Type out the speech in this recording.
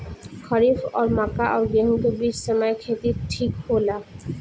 खरीफ और मक्का और गेंहू के बीच के समय खेती ठीक होला?